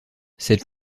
cette